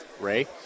ray